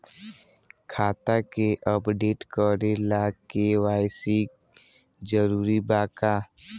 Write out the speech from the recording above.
खाता के अपडेट करे ला के.वाइ.सी जरूरी बा का?